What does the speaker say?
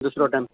दुसरो टायम